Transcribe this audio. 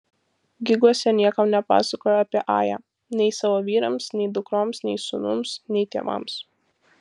giguose niekam nepasakojo apie ają nei savo vyrams nei dukroms nei sūnums nei tėvams